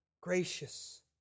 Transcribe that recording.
gracious